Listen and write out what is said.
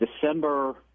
December